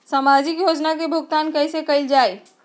सामाजिक योजना से भुगतान कैसे कयल जाई?